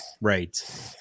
Right